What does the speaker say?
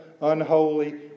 unholy